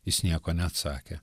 jis nieko neatsakė